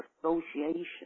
association